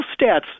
stats